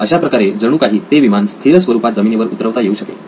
अशाप्रकारे जणु काही ते विमान स्थिर स्वरूपात जमिनीवर उतरवता येऊ शकेल